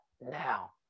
now